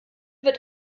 wird